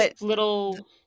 little